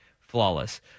flawless